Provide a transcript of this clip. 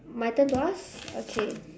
my turn to ask okay